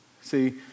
See